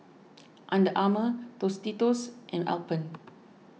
Under Armour Tostitos and Alpen